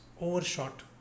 overshot